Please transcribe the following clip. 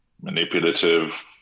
manipulative